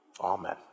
Amen